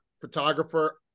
photographer